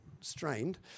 strained